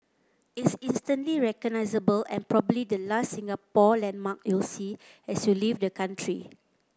it's instantly recognisable and probably the last Singapore landmark you'll see as you leave the country